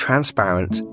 Transparent